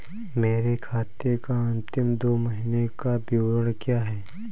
मेरे खाते का अंतिम दो महीने का विवरण क्या है?